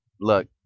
look